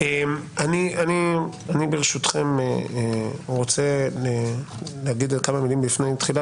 אני ברשותכם רוצה להגיד כמה מילים לפני תחילה